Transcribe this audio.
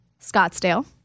Scottsdale